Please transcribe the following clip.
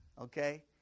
Okay